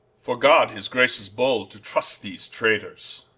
fore god his grace is bold to trust these traitors